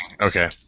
Okay